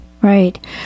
right